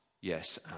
yes